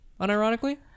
Unironically